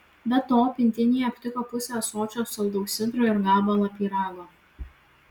be to pintinėje aptiko pusę ąsočio saldaus sidro ir gabalą pyrago